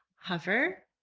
hover,